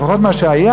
לפחות מה שהיה,